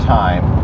time